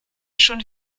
schon